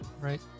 right